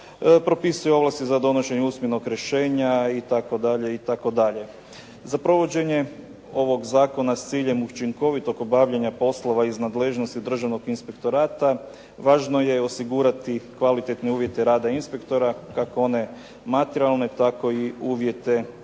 Propisuju ovlasti za donošenje usmenog rješenja i tako dalje i tako dalje. Za provođenje ovog zakona s ciljem učinkovitog obavljanja poslova iz nadležnosti Državnog inspektorata važno je osigurati kvalitetne uvjete rada inspektora kako one materijalne tako i uvjete